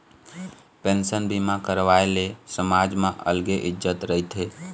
pension बीमा करवाए ले समाज म अलगे इज्जत रहिथे